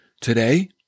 today